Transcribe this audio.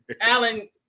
Alan